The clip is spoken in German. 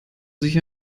sich